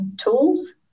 tools